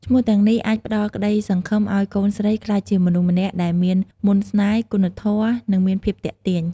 ឈ្មោះទាំងនេះអាចផ្តល់ក្តីសង្ឃឹមឱ្យកូនស្រីក្លាយជាមនុស្សម្នាក់ដែលមានមន្តស្នេហ៍ គុណធម៌ និងមានភាពទាក់ទាញ។